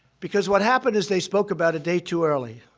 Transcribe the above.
because what happened is they spoke about a day too early.